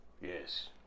Yes